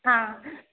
हँ